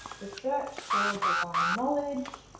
the search for divine knowledge,